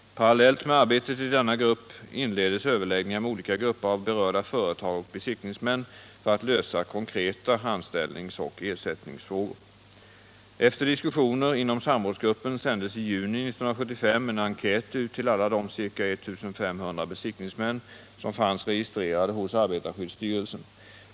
Parallellt med arbetet i denna grupp inleddes överläggningar med olika grupper av berörda företag och besiktningsmän för att lösa konkreta anställningsoch ersättningsfrågor. Efter diskussioner inom samrådsgruppen sändes i juni 1975 en enkät ut till alla de ca 1500 besiktningsmän som fanns registrerade hos arbetarskyddsstyrelsen.